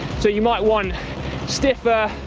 so you might want stiffer,